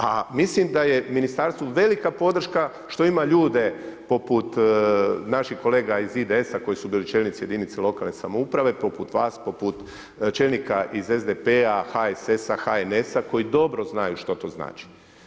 A mislim da je ministarstvu velika podrška što ima ljude poput naših kolega iz IDS-a koji su bili čelnici jedinice lokalne samouprave poput vas, poput čelnika iz SDP-a, HSS-a, HNS-a koji dobro znaju što to znači.